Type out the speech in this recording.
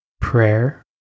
prayer